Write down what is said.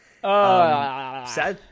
Sad